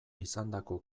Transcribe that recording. izandako